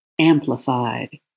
amplified